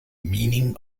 meaning